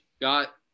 got